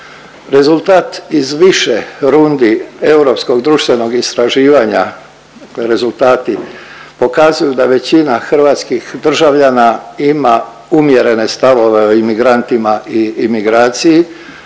rezultati pokazuju da većina hrvatskih državljana ima umjerene stavove o imigrantima i imigraciji